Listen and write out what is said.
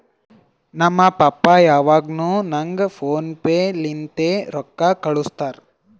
ನಮ್ ಪಪ್ಪಾ ಯಾವಾಗ್ನು ನಂಗ್ ಫೋನ್ ಪೇ ಲಿಂತೆ ರೊಕ್ಕಾ ಕಳ್ಸುತ್ತಾರ್